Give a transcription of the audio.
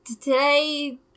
today